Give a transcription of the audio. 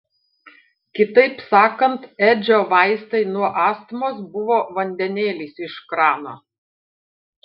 kitaip sakant edžio vaistai nuo astmos buvo vandenėlis iš krano